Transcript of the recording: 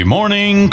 Morning